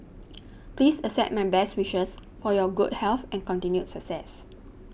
please accept my best wishes for your good health and continued success